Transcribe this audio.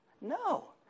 No